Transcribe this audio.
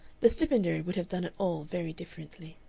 the stipendiary would have done it all very differently.